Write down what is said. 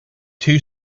two